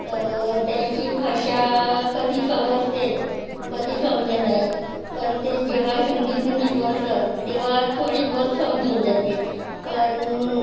तर त्यांची भाषा कधी समजते कधी समजे नाही पण ते जेव्हा हिंदीतमध्ये बोलतात तेव्हा थोडीबहोत समजून जाते पण